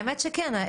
האמת שכן,